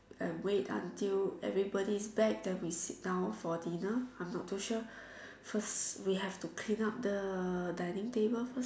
and wait until everybody is back then we sit down for dinner I'm not too sure first we have to clean up the dining table first